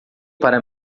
para